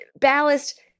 ballast